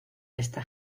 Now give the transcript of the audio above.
esta